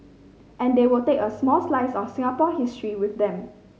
and they will take a small slice of Singapore history with them